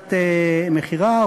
בעסקת מכירה,